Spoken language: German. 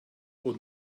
und